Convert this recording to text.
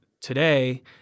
today